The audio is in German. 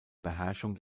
beherrschung